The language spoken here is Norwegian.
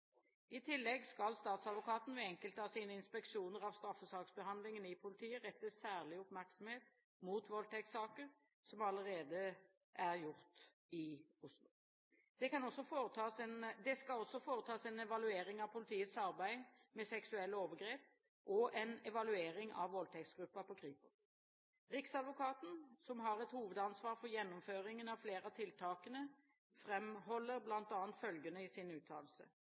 I tillegg skal Statsadvokaten ved enkelte av sine inspeksjoner av straffesaksbehandlingen i politiet rette særlig oppmerksomhet mot voldtektssaker – slik det allerede er gjort i Oslo. Det skal også foretas en evaluering av politiets arbeid med seksuelle overgrep, og en evaluering av voldtektsgruppa på Kripos. Riksadvokaten, som har et hovedansvar for gjennomføringen av flere av tiltakene, framholder bl.a. følgende i sin uttalelse: